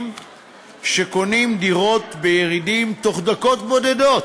שקונים דירות בירידים בתוך דקות בודדות,